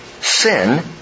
sin